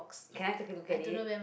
can I take a look at it